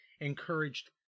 encouraged